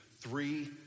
three